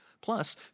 Plus